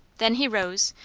then he rose,